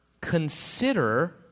consider